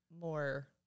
more